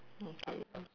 okay